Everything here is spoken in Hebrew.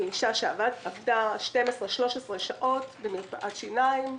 אני אישה שעבדה 12 13 שעות ביום במרפאת שיניים.